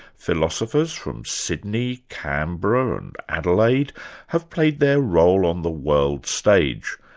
philosophers from sydney, canberra and adelaide have played their role on the world stage,